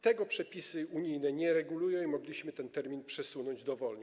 Tego przepisy unijne nie regulują i mogliśmy ten termin przesunąć dowolnie.